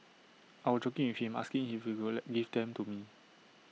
I was joking with him asking if he would give them to me